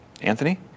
Anthony